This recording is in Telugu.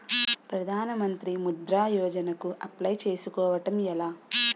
ప్రధాన మంత్రి ముద్రా యోజన కు అప్లయ్ చేసుకోవటం ఎలా?